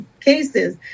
cases